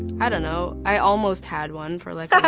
i don't know, i almost had one for like,